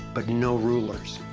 but no rulers.